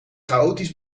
chaotisch